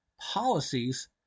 policies